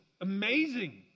amazing